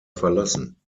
verlassen